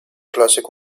classic